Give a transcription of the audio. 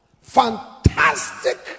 fantastic